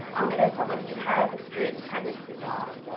um and as someone who has experienced pregnancy loss.